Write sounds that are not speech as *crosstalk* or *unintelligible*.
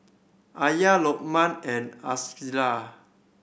Alya Lokman and *unintelligible*